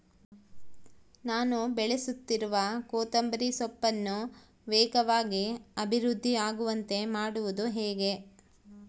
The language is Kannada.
ನಾನು ಬೆಳೆಸುತ್ತಿರುವ ಕೊತ್ತಂಬರಿ ಸೊಪ್ಪನ್ನು ವೇಗವಾಗಿ ಅಭಿವೃದ್ಧಿ ಆಗುವಂತೆ ಮಾಡುವುದು ಹೇಗೆ?